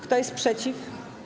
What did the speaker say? Kto jest przeciw?